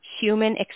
human